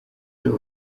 joe